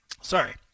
Sorry